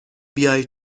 بیای